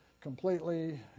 completely